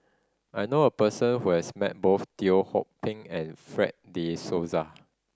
I know a person who has met both Teo Ho Pin and Fred De Souza